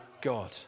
God